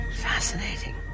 Fascinating